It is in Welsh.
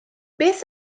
beth